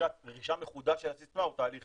הרכישה המחודשת של הסיסמה הוא תהליך